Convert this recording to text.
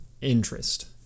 interest